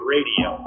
Radio